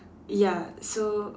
ya so